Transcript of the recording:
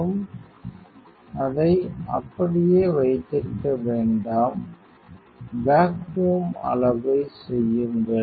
மற்றும் அதை அப்படியே வைத்திருக்க வேண்டாம் வேக்குவம் அளவை செய்யுங்கள்